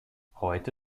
heute